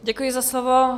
Děkuji za slovo.